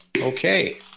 Okay